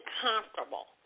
comfortable